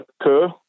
occur